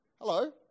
Hello